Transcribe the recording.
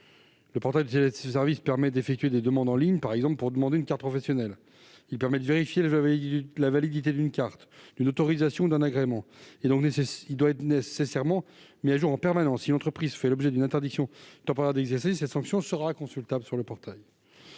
Le portail de téléservices permet d'effectuer des demandes en ligne, par exemple pour obtenir une carte professionnelle ; il permet de vérifier la validité d'une carte, d'une autorisation ou d'un agrément. Il est donc nécessairement mis à jour en permanence. Si une entreprise fait l'objet d'une interdiction temporaire d'exercer, cette sanction sera consultable sur le portail.